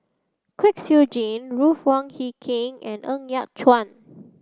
Kwek Siew Jin Ruth Wong Hie King and Ng Yat Chuan